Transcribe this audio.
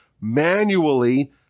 manually